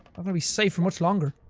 gonna be safe for much longer.